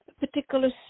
Particular